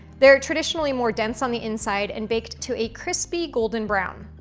they're traditionally more dense on the inside and baked to a crispy golden brown.